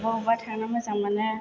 अबा अबा थांनो मोजां मोनो